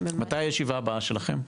מתי הישיבה הבאה שלכם?